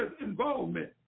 involvement